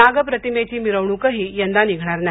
नाग प्रतिमेची मिरवणूकही यंदा निघणार नाही